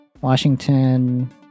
Washington